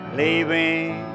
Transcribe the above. leaving